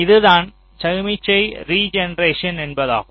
இதுதான் சமிக்ஞை ரிஜெனெரேஷன் என்பதாகும்